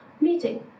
meeting